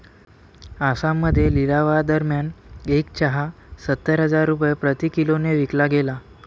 आसाममध्ये लिलावादरम्यान एक चहा सत्तर हजार रुपये प्रति किलोने विकला गेला